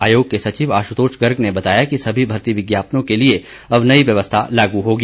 आयोग के सचिव आशुतोष गर्ग ने बताया कि सभी भर्ती विज्ञापनों के लिए अब नई व्यवस्था लागू रहेगी